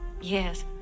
yes